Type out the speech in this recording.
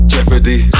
Jeopardy